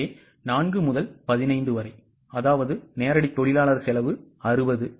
எனவே 4 முதல் 15 வரை அதாவது நேரடி தொழிலாளர் செலவு 60